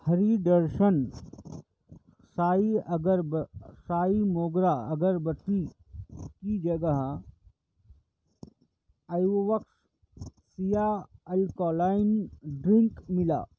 ہری درشن سائی اگر سائی موگرا اگربتی کی جگہ ایووکس سیاہ الکولین ڈرنک ملا